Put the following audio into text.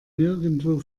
nirgendwo